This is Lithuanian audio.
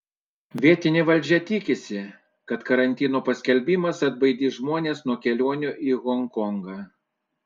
vietinė valdžia tikisi kad karantino paskelbimas atbaidys žmones nuo kelionių į honkongą